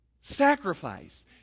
Sacrifice